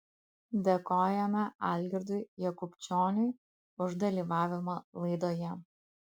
dėkojame algirdui jakubčioniui už dalyvavimą laidoje